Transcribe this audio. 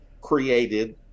created